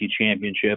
Championship